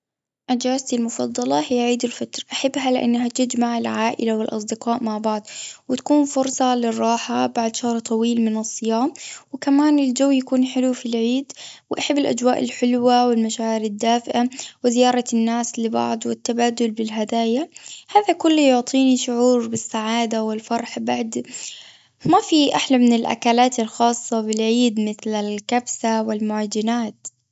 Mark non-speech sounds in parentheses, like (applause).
إجازتي المفضلة هي عيد الفطر. أحبها، لأنها تجمع العائلة والأصدقاء مع بعض، وتكون فرصة للراحة بعد شهر طويل من الصيام. وكمان الجو يكون حلو في العيد. وأحب الأجواء الحلوة، والمشاعر الدافئة، وزيارة الناس لبعض، والتبادل بالهدايا. هذا كله يعطيني شعور بالسعادة والفرح. بعد (hesitation) ما في أحلى من الأكلات الخاصة بالعيد، مثل الكبسة والمعجنات.